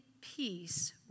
peace